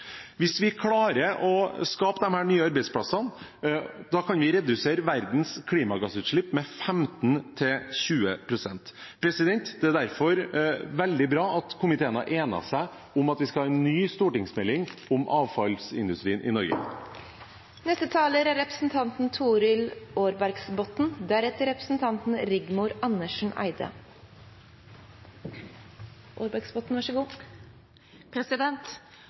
Hvis vi klarer å skape disse nye arbeidsplassene, kan vi redusere verdens klimagassutslipp med 15 til 20 pst. Det er derfor veldig bra at komiteen har blitt enig om at vi skal ha en ny stortingsmelding om avfallsindustrien i